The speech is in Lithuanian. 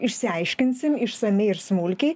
išsiaiškinsim išsamiai ir smulkiai